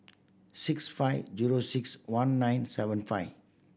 six five zero six one nine seven five